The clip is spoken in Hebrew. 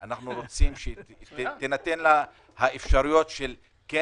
ואנחנו רוצים שיינתנו האפשרויות של כן